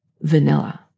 vanilla